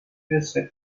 ese